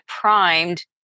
primed